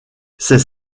ces